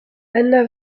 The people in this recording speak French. anna